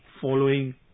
following